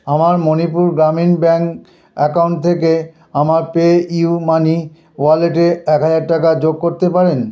আমার Manipur Gramin bank account থেকে আমার পেইউ মানি ওয়ালেটে এক হাজার টাকা যোগ করতে পারেন